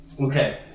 Okay